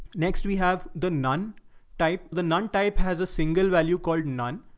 next we have the nun type. the nine type has a single value called nun.